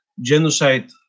genocide